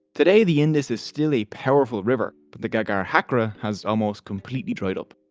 today the indus is still a powerful river but the ghaggar-hakra has almost completely dried up.